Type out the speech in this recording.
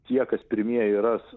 tie kas pirmieji ras